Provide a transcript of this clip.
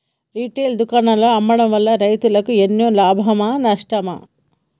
Retail దుకాణాల్లో అమ్మడం వల్ల రైతులకు ఎన్నో లాభమా నష్టమా?